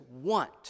want